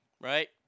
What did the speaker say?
right